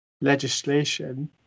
legislation